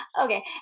okay